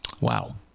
Wow